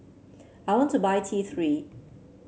I want to buy T Three